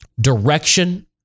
Direction